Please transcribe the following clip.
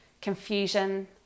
Confusion